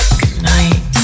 goodnight